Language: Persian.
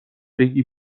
بگی